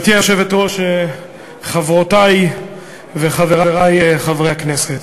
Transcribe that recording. גברתי היושבת-ראש, חברותי וחברי חברי הכנסת,